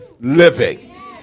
living